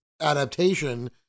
adaptation